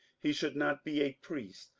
he should not be a priest,